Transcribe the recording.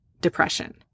depression